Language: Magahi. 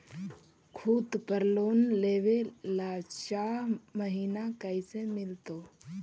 खूत पर लोन लेबे ल चाह महिना कैसे मिलतै?